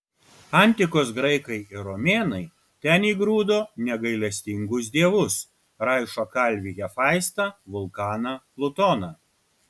antikos graikai ir romėnai ten įgrūdo negailestingus dievus raišą kalvį hefaistą vulkaną plutoną